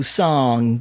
song